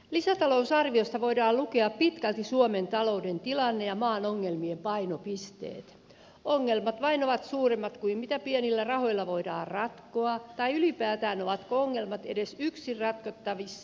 lisätalousarviosta voidaan lukea pitkälti suomen talouden tilanne ja maan ongelmien painopisteet ongelmat vain ovat suuremmat kuin mitä pienillä rahoilla voidaan ratkoa tai ovatko ongelmat ylipäätään edes yksin ratkottavissa